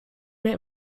mehr